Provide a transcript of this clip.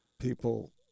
people